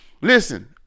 Listen